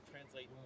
translate